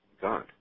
God